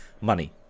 Money